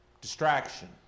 Distraction